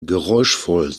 geräuschvoll